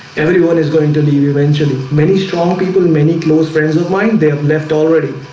everyone is going to leave eventually many strong people many close friends of mine. they have left already